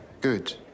good